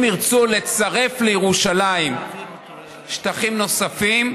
אם ירצו לצרף לירושלים שטחים נוספים,